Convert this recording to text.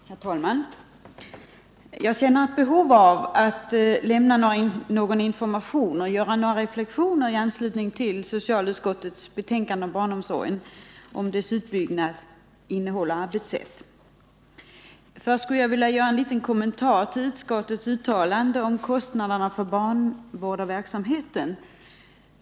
Herr talman! Jag känner ett behov av att lämna någon information och göra några reflexioner i anslutning till socialutskottets betänkande om barnomsorgen, dess utbyggnad, innehåll och arbetssätt. Först skulle jag vilja göra en kommentar till utskottets uttalande om kostnaderna för barnvårdarverksamheten.